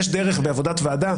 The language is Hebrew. יש דרך בעבודת ועדה,